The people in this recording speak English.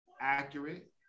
accurate